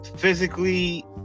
physically